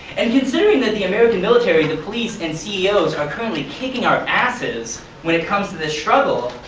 and considering that the american military, the police, and ceos are currently kicking our asses when it comes to this struggle,